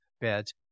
beds